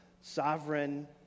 sovereign